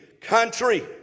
country